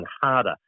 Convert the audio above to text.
harder